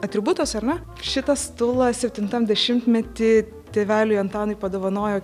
atributas ar ne šitą stulą septintam dešimtmety tėveliui antanui padovanojo